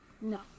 No